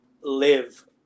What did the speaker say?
live